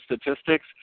statistics